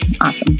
Awesome